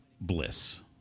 bliss